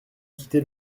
quitter